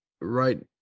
Right